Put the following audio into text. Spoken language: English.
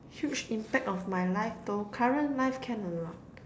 huge impact of my life though current life can or not